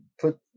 put